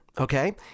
okay